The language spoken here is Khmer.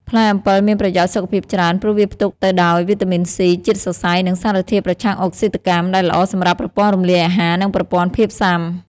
ផ្លែអំពិលមានប្រយោជន៍សុខភាពច្រើន ព្រោះវាផ្ទុកទៅដោយ វីតាមីន C ជាតិសរសៃ និងសារធាតុប្រឆាំងអុកស៊ីតកម្ម ដែលល្អសម្រាប់ប្រព័ន្ធរំលាយអាហារ និងប្រព័ន្ធភាពស៊ាំ។